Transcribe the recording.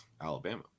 Alabama